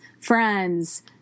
friends